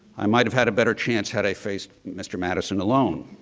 i might have had a better chance had i faced mr. madison alone.